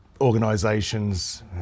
organisations